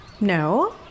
No